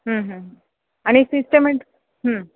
आणि सिस्टमेंट